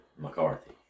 McCarthy